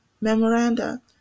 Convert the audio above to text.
memoranda